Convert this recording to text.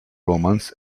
romans